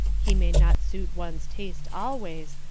he may not suit one's taste always,